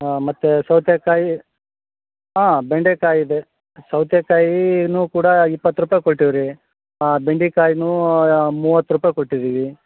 ಹಾಂ ಮತ್ತು ಸೌತೆಕಾಯಿ ಹಾಂ ಬೆಂಡೆಕಾಯಿ ಇದೆ ಸೌತೆಕಾಯಿನೂ ಕೂಡ ಇಪ್ಪತ್ತು ರೂಪಾಯಿ ಕೊಟ್ಟಿವಿ ರೀ ಹಾಂ ಬೆಂಡೆಕಾಯಿನೂ ಮೂವತ್ತು ರೂಪಾಯಿ ಕೊಟ್ಟಿದ್ದೀವಿ